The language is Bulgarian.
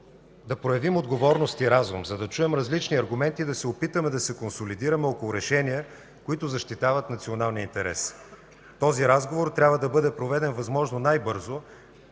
да проявим отговорност и разум, за да чуем различни аргументи и да се опитаме да се консолидираме около решения, които защитават националния интерес. Този разговор трябва да бъде проведен най-бързо,